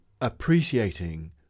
appreciating